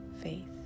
faith